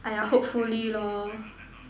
!aiya! hopefully lor